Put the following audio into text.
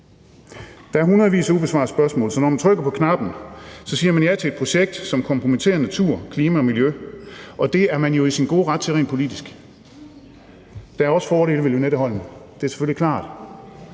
Der er hundredvis af ubesvarede spørgsmål. Så når man trykker på knappen, siger man ja til et projekt, som kompromitterer natur, klima og miljø, og det er man jo i sin gode ret til rent politisk. Der er også fordele ved Lynetteholmen – det er selvfølgelig klart